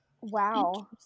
Wow